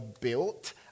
built